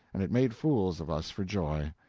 and it made fools of us for joy.